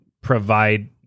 provide